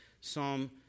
Psalm